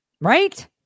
right